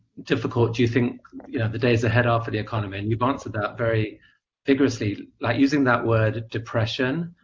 difficult do you think yeah the days ahead are for the economy. and you've answered that very vigorously. like, using that word, depression,